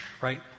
right